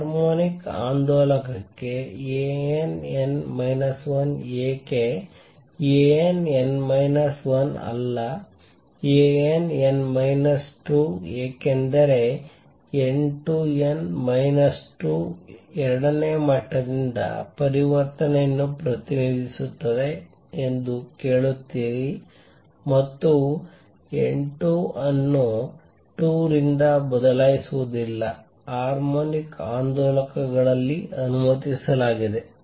harmonic ಆಂದೋಲಕಕ್ಕೆ A n n minus 1 ಏಕೆ A n n minus 1 ಅಲ್ಲ A n n ಮೈನಸ್ 2 ಏಕೆಂದರೆ n 2 n minus 2 ನೇ ಮಟ್ಟದಿಂದ ಪರಿವರ್ತನೆಯನ್ನು ಪ್ರತಿನಿಧಿಸುತ್ತದೆ ಎಂದು ಕೇಳುತ್ತೀರಿ ಮತ್ತು n 2 ಅನ್ನು 2 ರಿಂದ ಬದಲಾಯಿಸುವುದಿಲ್ಲ ಹಾರ್ಮೋನಿಕ್ ಆಂದೋಲಕಗಳಲ್ಲಿ ಅನುಮತಿಸಲಾಗಿದೆ